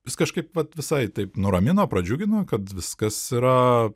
vis kažkaip vat visai taip nuramino pradžiugino kad viskas yra